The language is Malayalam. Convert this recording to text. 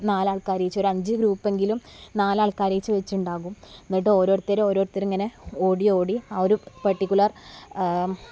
നാല് ആൾക്കാരെ വച്ച് ഒരു അഞ്ച് ഗ്രൂപ്പ് എങ്കിലും നാല് ആൾക്കാരെ വച്ച് വച്ച് ഉണ്ടാവും എന്നിട്ട് ഓരോരുത്തർ ഓരോരുത്തർ ഇങ്ങനെ ഓടി ഓടി ആ ഒരു പർട്ടിക്കുലർ